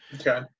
Okay